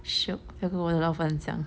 shiok 不要跟我的老板讲